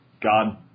God